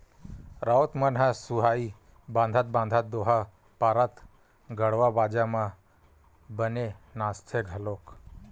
राउत मन ह सुहाई बंधात बंधात दोहा पारत गड़वा बाजा म बने नाचथे घलोक